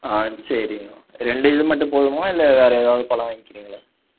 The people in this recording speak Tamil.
ஆ சரி ரெண்டு இது மட்டும் போதுமா இல்லை வேறு எதாவது பழம் வாங்கிறீங்களா